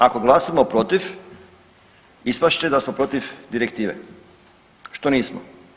Ako glasamo protiv ispast će da smo protiv direktive, što nismo.